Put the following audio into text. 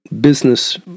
business